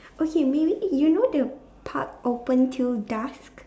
okay maybe you know the park open till dusk